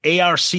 ARC